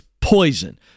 poison